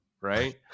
right